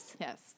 Yes